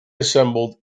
assembled